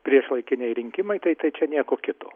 priešlaikiniai rinkimai tai tai čia nieko kito